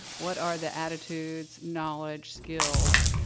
what are the attitudes, knowledge, skills,